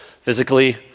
physically